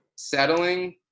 settling